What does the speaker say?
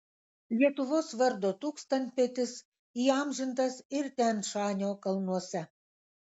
lietuvos vardo tūkstantmetis įamžintas ir tian šanio kalnuose